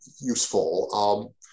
useful